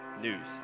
news